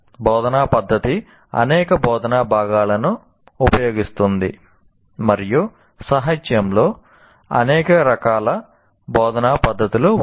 బోధనా పద్ధతి అనేక బోధనా భాగాలను ఉపయోగిస్తుంది మరియు సాహిత్యంలో అనేక రకాల బోధనా పద్ధతులు ఉన్నాయి